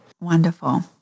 Wonderful